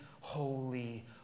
holy